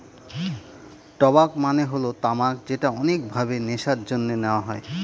টবাক মানে হল তামাক যেটা অনেক ভাবে নেশার জন্যে নেওয়া হয়